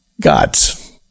God's